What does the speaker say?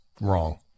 wrong